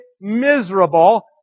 miserable